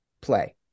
play